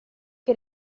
che